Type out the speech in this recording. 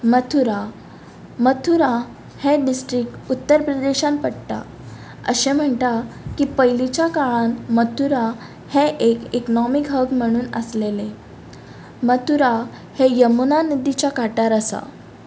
मथुरा मथुरा हें डिस्ट्रीक उत्तर प्रदेशान पडटा अशें म्हणटा की पयलींच्या काळांत मथुरा हें एक इक्नॉमीक हब म्हणून आसलेलें मथुरा हें यमुना नदीच्या कांठार आसा